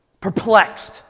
perplexed